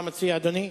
מה מציע אדוני?